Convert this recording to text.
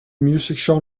musical